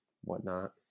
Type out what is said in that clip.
whatnot